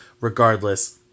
regardless